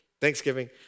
thanksgiving